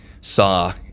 saw